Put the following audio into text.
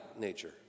Nature